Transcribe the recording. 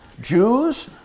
Jews